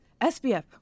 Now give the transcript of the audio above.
SBF